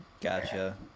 gotcha